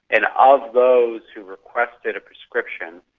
and of those who requested a prescription,